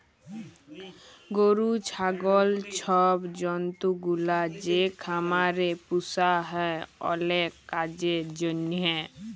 গরু, ছাগল ছব জল্তুগুলা যে খামারে পুসা হ্যয় অলেক কাজের জ্যনহে